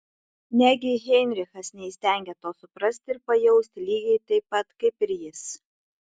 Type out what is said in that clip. negi heinrichas neįstengia to suprasti ir pajausti lygiai taip pat kaip ir jis